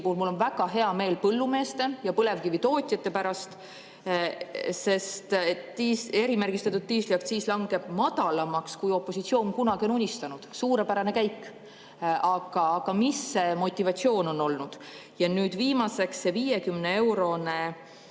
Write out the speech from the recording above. mul on väga hea meel põllumeeste ja põlevkivitootjate pärast, sest et erimärgistatud diisli aktsiis langeb madalamaks, kui opositsioon kunagi on unistanud. Suurepärane käik! Aga mis see motivatsioon on olnud? Ja nüüd viimaseks see 50-eurone